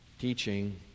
teaching